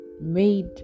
made